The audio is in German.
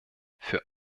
für